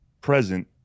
present